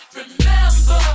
Remember